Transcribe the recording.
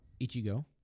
Ichigo